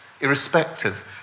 irrespective